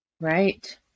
Right